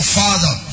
father